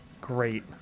Great